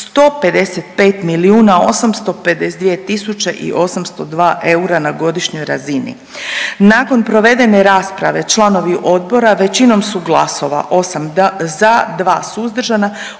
155 852 802 eura na godišnjoj razini. Nakon provedene rasprave, članovi odbora, većinom su glasova, 8 za, 2 suzdržana odlučili